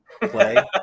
play